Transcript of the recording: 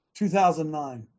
2009